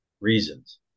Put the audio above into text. reasons